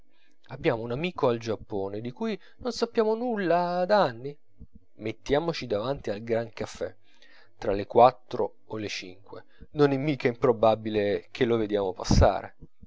abbiamo un amico al giappone di cui non sappiamo nulla da anni mettiamoci davanti al grand cafè tra le quattro o le cinque non è mica improbabile che lo vediamo passare